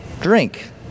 drink